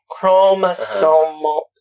Chromosomal